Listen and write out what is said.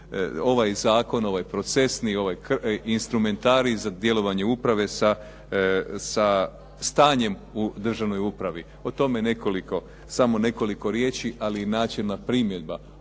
ovaj zakon, ovaj procesni instrumentarij za djelovanje uprave sa stanjem u državnoj upravi. O tome nekoliko samo nekoliko riječi ali i načelna primjedba.